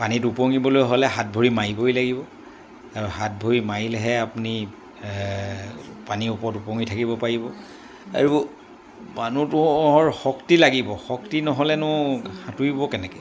পানীত উপঙিবলৈ হ'লে হাত ভৰি মাৰিবই লাগিব আৰু হাত ভৰি মাৰিলেহে আপুনি পানীৰ ওপৰত উপঙি থাকিব পাৰিব আৰু মানুহটোৰ শক্তি লাগিব শক্তি নহ'লেনো সাঁতুৰিব কেনেকৈ